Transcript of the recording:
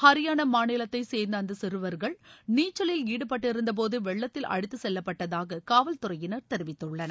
ஹரியானா மாநிலத்தை சேர்ந்த அந்த சிறுவர்கள் நீச்சலில் ஈடுபட்டிருந்தபோது வெள்ளத்தில் அடித்துச்செல்லப்பட்டதாக காவல் துறையினர் தெரிவித்துள்ளனர்